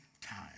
time